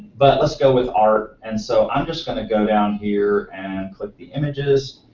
but let's go with art. and so i'm just going to go down here and click the images.